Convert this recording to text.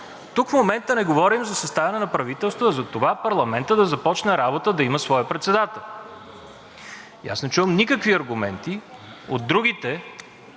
тук в момента не говорим за съставяне на правителство, а за това парламентът да започне работа, да има свой председател. Аз не чувам никакви аргументи от другите